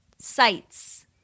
sights